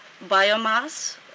biomass